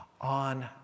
on